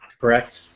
correct